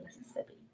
Mississippi